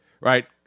right